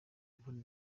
yvonne